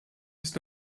ist